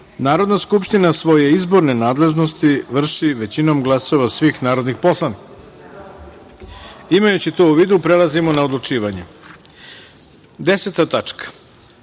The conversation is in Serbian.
Narodna skupština svoje izborne nadležnosti vrši većinom glasova svih narodnih poslanika. Imajući to u vidu prelazimo na odlučivanje. Deseta